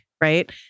Right